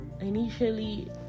initially